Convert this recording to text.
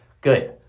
good